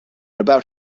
about